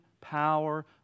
power